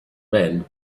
men